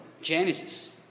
Genesis